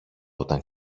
όταν